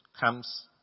comes